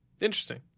Interesting